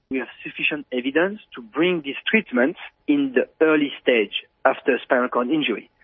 yeah sufficient evidence to bring these treatments in the early stage after spinal cord injury,